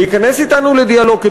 להיכנס אתנו לדיאלוג,